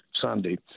Sunday